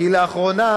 גם לא